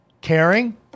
caring